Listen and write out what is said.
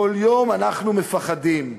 כל יום אנחנו מפחדים.